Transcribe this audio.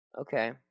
Okay